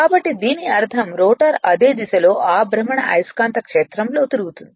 కాబట్టి దీని అర్థం రోటర్ అదే దిశలో ఆ భ్రమణ అయస్కాంత క్షేత్రం లో తిరుగుతుంది